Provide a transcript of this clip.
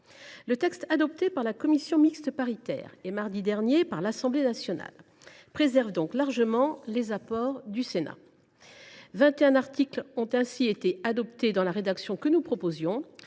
Le texte adopté par la commission mixte paritaire et, mardi dernier, par l’Assemblée nationale, préserve donc largement les apports du Sénat. Vingt et un articles ont ainsi été adoptés dans la rédaction que nous proposions,